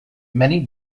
many